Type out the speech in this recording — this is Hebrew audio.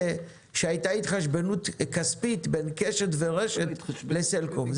שהייתה התחשבנות כספית בין קשת ורשת לסלקום.